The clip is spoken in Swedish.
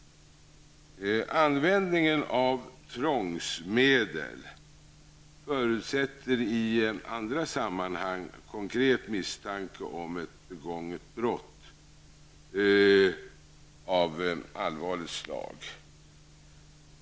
Användningen av tvångsmedel förutsätter i andra sammanhang konkret misstanke om ett begånget brott av allvarligt slag.